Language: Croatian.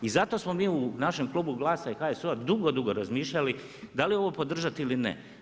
I zato smo mi u našem klubu GLAS-a i HSU-a dugo, dugo razmišljali da li ovo podržati ili ne.